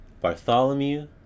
Bartholomew